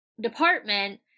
department